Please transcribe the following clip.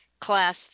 Class